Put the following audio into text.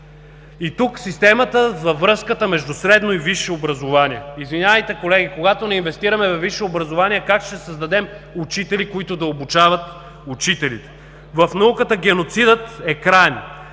И тук в системата – връзката между средно и висше образование. Извинявайте, колеги, когато не инвестираме във висше образование, как ще създадем учители, които да обучават учителите? В науката геноцидът е краен.